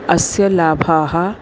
अस्य लाभाः